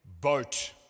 boat